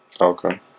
Okay